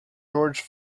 george